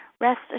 rest